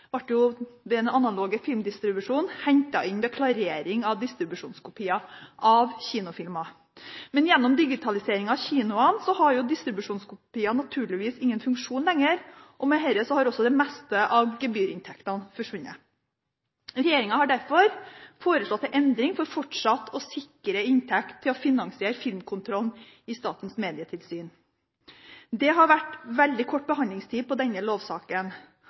ble ved den analoge filmdistribusjonen hentet inn ved klarering av distribusjonskopier av kinofilmer. Men gjennom digitaliseringen av kinoene har distribusjonskopiene naturligvis ingen funksjon lenger, og med det har det meste av gebyrinntektene forsvunnet. Regjeringen har derfor foreslått en endring for fortsatt å sikre inntekt til å finansiere filmkontrollen i Medietilsynet. Det har vært veldig kort behandlingstid av denne lovsaken,